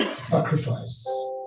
sacrifice